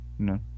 No